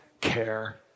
care